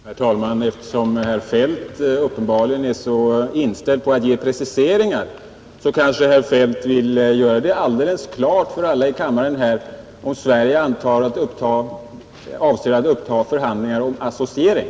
Herr talman! Eftersom herr Feldt uppenbarligen är så inställd på att ge preciseringar, kanske herr Feldt vill göra det alldeles klart för alla i kammaren, om Sverige avser att uppta förhandlingar om associering.